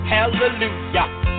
Hallelujah